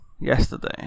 yesterday